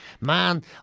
Man